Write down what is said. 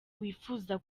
wifuza